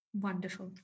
Wonderful